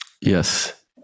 Yes